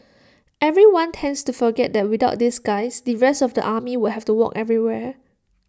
everyone tends to forget that without these guys the rest of the army would have to walk everywhere